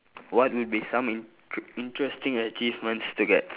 what would be some int~ interesting achievements to get